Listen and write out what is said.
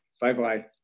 Bye-bye